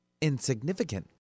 insignificant